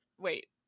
wait